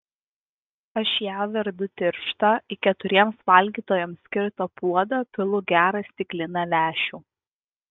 aš ją verdu tirštą į keturiems valgytojams skirtą puodą pilu gerą stiklinę lęšių